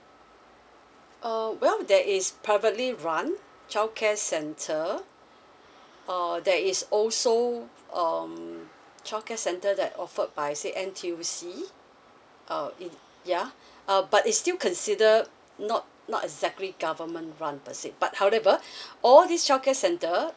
uh well that is privately run childcare centre uh there is also um childcare center that offered by say N_T_U_C um yeah uh but it's still consider not not exactly government run per se but however all this childcare centre